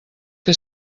que